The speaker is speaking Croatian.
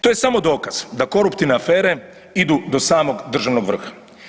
To je samo dokaz da koruptivne afere idu do samog državnog vrha.